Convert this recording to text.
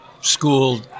school